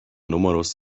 numerus